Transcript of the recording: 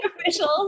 officials